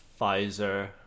Pfizer